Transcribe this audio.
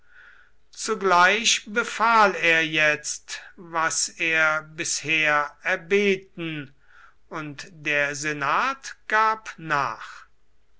zugleich befahl er jetzt was er bisher erbeten und der senat gab nach